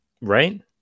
right